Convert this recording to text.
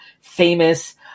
famous